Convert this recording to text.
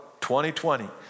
20-20